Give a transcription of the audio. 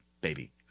baby